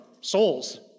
souls